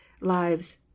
lives